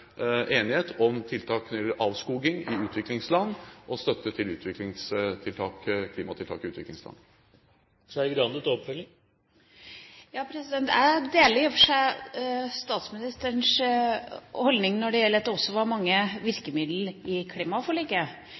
enighet om tiltak når det gjelder avskoging i utviklingsland og støtte til klimatiltak i utviklingsland. Jeg deler i og for seg statsministerens holdning når det gjelder at det også var mange virkemidler i klimaforliket.